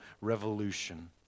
revolution